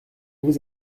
vous